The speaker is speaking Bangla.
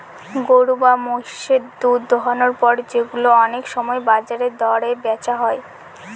গরু বা মহিষের দুধ দোহানোর পর সেগুলো অনেক সময় বাজার দরে বেচা হয়